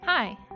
Hi